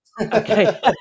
okay